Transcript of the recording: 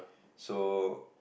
so